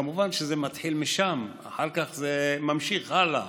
כמובן שזה מתחיל משם, ואחר כך זה ממשיך הלאה,